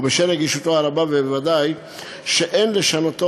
ובשל רגישותו הרבה ודאי שאין לשנותו